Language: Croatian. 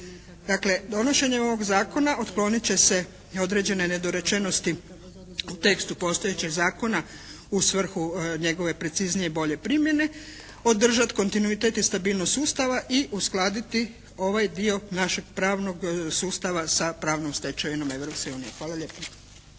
Dakle, donošenjem ovog zakona otklonit će se određene nedorečenosti u tekstu postojećeg zakona u svrhu njegove preciznije i bolje primjene, održati kontinuitet i stabilnost sustava i uskladiti ovaj dio našeg pravnog sustava sa pravnom stečevinom Europske unije. Hvala lijepo.